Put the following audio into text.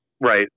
Right